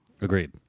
Agreed